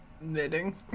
Knitting